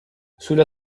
sulla